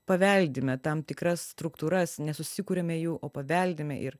paveldime tam tikras struktūras nesusikuriame jų o paveldime ir